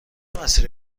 مسیری